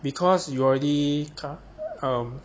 because you already come um